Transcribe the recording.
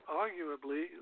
arguably